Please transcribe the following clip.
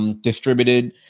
distributed